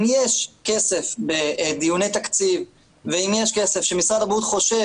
אם יש כסף בדיוני תקציב ואם יש כסף שמשרד הבריאות חושב